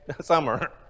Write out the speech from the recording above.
summer